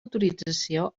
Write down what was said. autorització